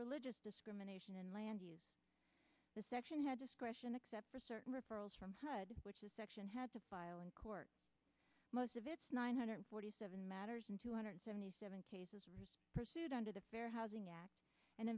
religious discrimination in land use the section had discretion except for certain referrals from tide which is section had to file in court most of its nine hundred forty seven matters and two hundred seventy seven cases pursued under the fair housing act and